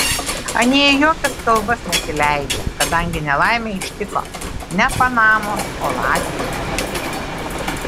anie į jokias kalbas nesileidžia kadangi nelaimė ištiko ne panamos o latvijos pilietį